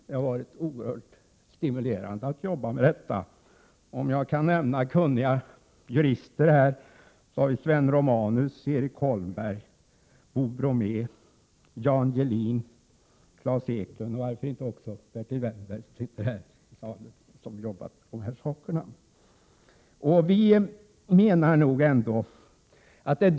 Det har varit oerhört stimulerande att jobba med dessa frågor. Jag kan också nämna kunniga jurister, t.ex. Sven Romanus, Erik Holmberg, Bo Broomé, Jan Gehlin, Claes Eklundh och varför inte också Bertil Wennberg som sitter här i salen och som jobbar med dessa frågor.